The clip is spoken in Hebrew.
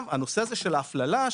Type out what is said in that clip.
הנושא הזה של ההפללה,